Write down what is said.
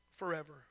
forever